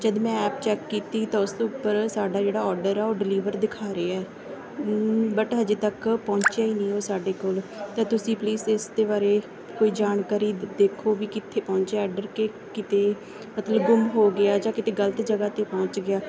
ਜਦੋਂ ਮੈਂ app check ਕੀਤੀ ਤਾਂ ਉਸ ਦੇ ਉੱਪਰ ਸਾਡਾ ਜਿਹੜਾ ਔਡਰ ਆ ਉਹ ਡਿਲੀਵਰ ਦਿਖਾ ਰਹੇ ਹੈ ਬਟ ਹਜੇ ਤੱਕ ਪਹੁੰਚਿਆ ਹੀ ਨਹੀਂ ਉਹ ਸਾਡੇ ਕੋਲ ਤਾਂ ਤੁਸੀਂ ਪਲੀਜ਼ ਇਸ ਦੇ ਬਾਰੇ ਕੋਈ ਜਾਣਕਾਰੀ ਦੇਖੋ ਵੀ ਕਿੱਥੇ ਪਹੁੰਚਿਆ ਔਡਰ ਕਿ ਕਿਤੇ ਮਤਲਬ ਗੁੰਮ ਹੋ ਗਿਆ ਜਾਂ ਕਿਤੇ ਗਲਤ ਜਗ੍ਹਾ 'ਤੇ ਪਹੁੰਚ ਗਿਆ